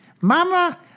Mama